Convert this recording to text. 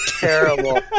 Terrible